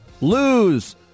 lose